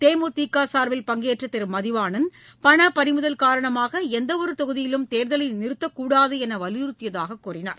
தேமுதிகசார்பில் பங்கேற்றதிருமதிவாணன் பணபறிமுதல் காரணமாகஎந்தவொருதொகுதியிலும் தேர்தல் நிறுத்தக்கூடாதுஎன்றுவலியுறுத்தியதாகக் கூறினார்